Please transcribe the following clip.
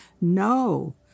No